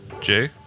Jay